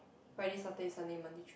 Friday Saturday Sunday Monday Tuesday